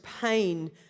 pain